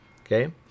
okay